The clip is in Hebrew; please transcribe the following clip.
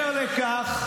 מעבר לכך,